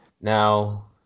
Now